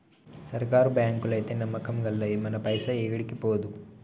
సర్కారు బాంకులైతే నమ్మకం గల్లయి, మన పైస ఏడికి పోదు